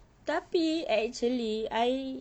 tapi a~ actually I